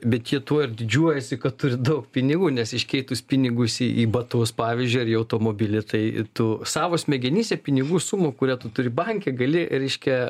bet jie tuo ir didžiuojasi kad turi daug pinigų nes iškeitus pinigus į į batus pavyzdžiui ar į automobilį tai tu savo smegenyse pinigų sumą kurią tu turi banke gali reiškia